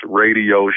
radio